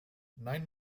nine